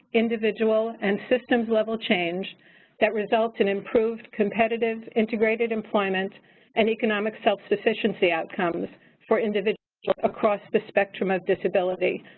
individual, and systems level change that results in improved, competitive, integrated employment and economic self-sufficiency outcomes for individuals across the spectrum of disabilities.